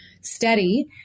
steady